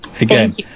Again